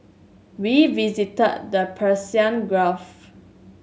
we visited the Persian Gulf